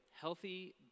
healthy